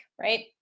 right